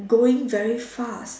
going very fast